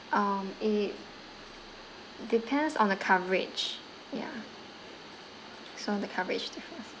um it depends on the coverage ya so the coverage is different